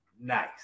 nice